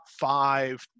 five